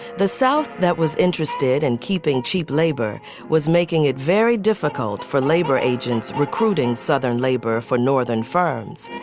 the south that was interested and keeping cheap labor was making it very difficult for labor agents recruiting southern labor for northern firms.